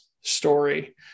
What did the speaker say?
story